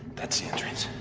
that's the entrance.